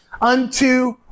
unto